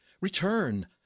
return